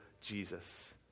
Jesus